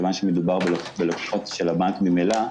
מכיוון שמדובר בלקוחות של הבנק ממילא,